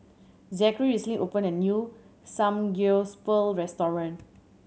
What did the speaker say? Zakary recently opened a new Samgyeopsal restaurant